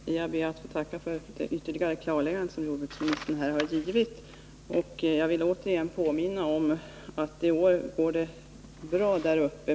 Fru talman! Jag ber att få tacka för det ytterligare klarläggande som jordbruksministern nu har gjort. Jag vill återigen påminna om att det i år går bra där uppe.